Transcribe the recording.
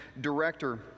director